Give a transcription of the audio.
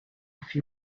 few